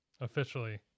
Officially